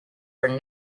are